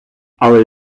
але